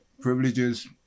privileges